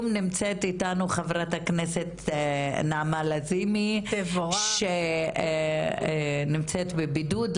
נמצאת איתנו חברת הכנסת נעמה לזימי שנמצאת בבידוד,